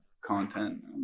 content